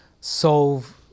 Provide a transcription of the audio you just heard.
solve